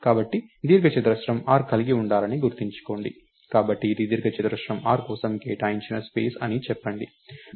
కాబట్టి దీర్ఘచతురస్రం r కలిగి ఉండాలని గుర్తుంచుకోండి కాబట్టి ఇది దీర్ఘచతురస్రం r కోసం కేటాయించిన స్పేస్ అని చెప్పండి